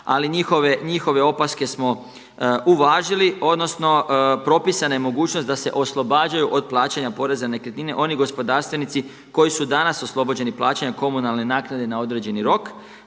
Ali njihove opaske smo uvažili, odnosno propisana je mogućnost da se oslobađaju od plaćanja poreza na nekretnine oni gospodarstvenici koji su danas oslobođeni plaćanja komunalne naknade na određeni rok,